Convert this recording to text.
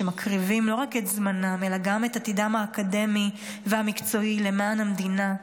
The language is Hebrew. מקריבים לא רק את זמנם אלא גם את עתידם האקדמי והמקצועי למען המדינה,